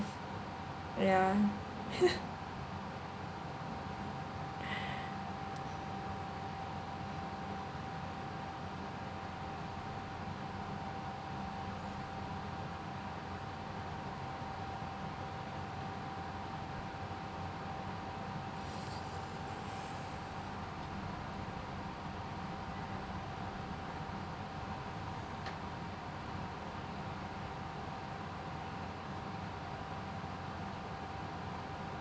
ya